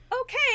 okay